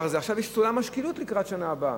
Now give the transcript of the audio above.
עכשיו יש סולם השקילות, לקראת השנה הבאה,